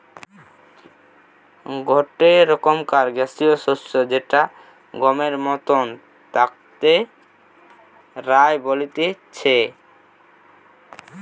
গটে রকমকার গ্যাসীয় শস্য যেটা গমের মতন তাকে রায় বলতিছে